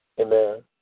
Amen